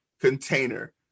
container